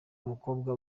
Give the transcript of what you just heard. umukobwa